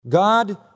God